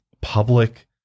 public